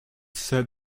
said